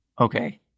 Okay